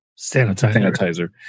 sanitizer